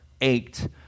ached